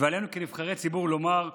וכנבחרי ציבור עלינו לומר: